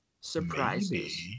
surprises